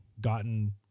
gotten